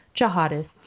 jihadists